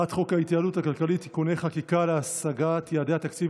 חוק ההתייעלות הכלכלית (תיקוני חקיקה להשגת יעדי התקציב